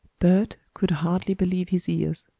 bert could hardly believe his ears.